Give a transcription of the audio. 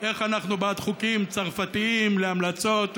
איך אנחנו בעד חוקים צרפתיים להמלצות,